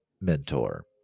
mentor